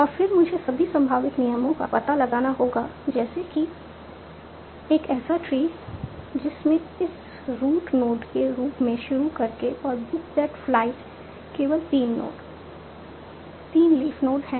और फिर मुझे सभी संभावित नियमों का पता लगाना होगा जैसे कि एक ऐसा ट्री जिसमें एस रूट नोड के रूप में शुरू करके और बुक दैट फ्लाइट केवल 3 नोड 3 लीफ नोड है